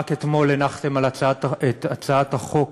רק אתמול הנחתם את הצעת החוק